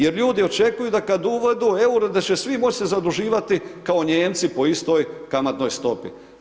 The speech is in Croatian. Jer ljudi očekuju da kad uvedu EUR-o, da će svi moć' se zaduživati kao Nijemci po istoj kamatnoj stopi.